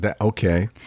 Okay